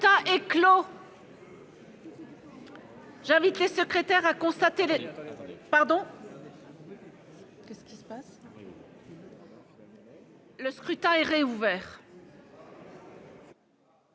Le scrutin est clos.